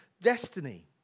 destiny